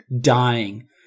dying